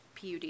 PUD